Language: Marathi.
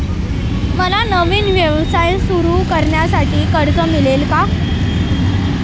मला नवीन व्यवसाय सुरू करण्यासाठी कर्ज मिळेल का?